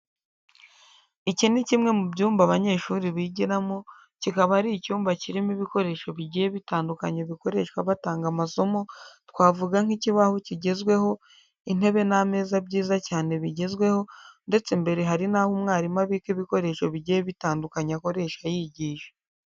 Iki ni kimwe mu byumba abanyeshuri bigiramo, kikaba ari icyumba kirimo ibikoresho bigiye bitandukanye bikoreshwa batanga amasomo, twavuga nk'ikibaho kigezweho, intebe nk'ameza byiza cyane bigezweho, ndetse imbere hari n'aho umwarimu abika ibikoresho bigiye bitandukanye akoresha yigisha.